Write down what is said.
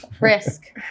risk